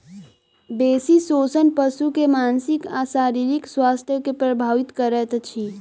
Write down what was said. बेसी शोषण पशु के मानसिक आ शारीरिक स्वास्थ्य के प्रभावित करैत अछि